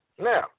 Now